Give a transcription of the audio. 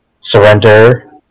surrender